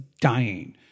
dying